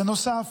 בנוסף,